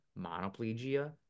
monoplegia